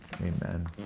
Amen